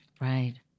Right